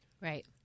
Right